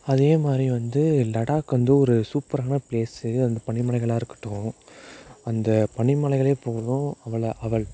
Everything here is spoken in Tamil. அதேமாதிரி வந்து லடாக் வந்து ஒரு சூப்பரானா பிளேஸு அந்த பனிமலைகளாக இருக்கட்டும் அந்த பனிமலைகளே போதும் அவளை அவள்